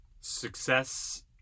success